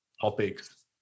topics